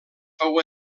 fou